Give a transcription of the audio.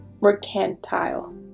Mercantile